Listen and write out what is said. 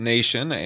Nation